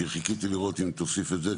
כי חיכיתי לראות אם תוסיף את זה,